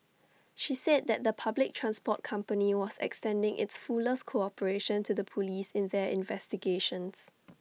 she said that the public transport company was extending its fullest cooperation to the Police in their investigations